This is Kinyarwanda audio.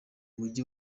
mujyi